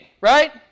right